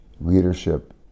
leadership